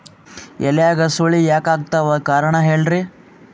ಎಲ್ಯಾಗ ಸುಳಿ ಯಾಕಾತ್ತಾವ ಕಾರಣ ಹೇಳ್ರಿ?